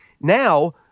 Now